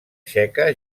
txeca